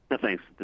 Thanks